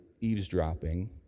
eavesdropping